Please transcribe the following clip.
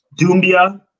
Dumbia